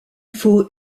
faut